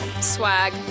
Swag